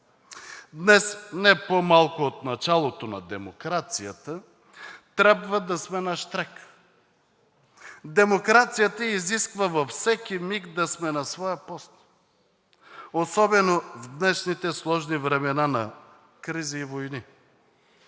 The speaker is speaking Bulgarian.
Днес не по-малко от началото на демокрацията трябва да сме нащрек. Демокрацията изисква във всеки миг да сме на своя пост, особено в днешните сложни времена на кризи и войни.